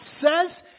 says